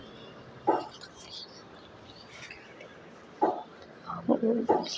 ओह्